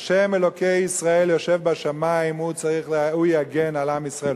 ה' אלוקי ישראל, יושב בשמים, הוא יגן על עם ישראל.